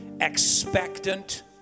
expectant